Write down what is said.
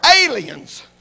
aliens